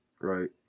Right